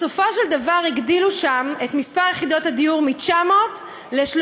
בסופו של דבר הגדילו שם את מספר יחידות הדיור מ-900 ל-3,900.